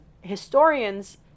historians